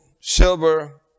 silver